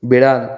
বেড়াল